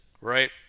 right